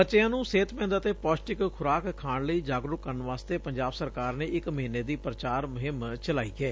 ਬੱਚਿਆਂ ਨੂੰ ਸਿਹਤਮੰਦ ਅਤੇ ਪੌਸਟਿਕ ਖੁਰਾਕ ਖਾਣ ਲਈ ਜਾਗਰਕ ਕਰਨ ਵਾਸਤੇ ਪੰਜਾਬ ਸਰਕਾਰ ਨੇ ਇੱਕ ਮਹੀਨੇ ਦੀ ਪੁਚਾਰ ਮੁਹਿੰਮ ਚਲਾਈ ਏ